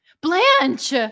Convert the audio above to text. Blanche